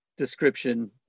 description